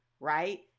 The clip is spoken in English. right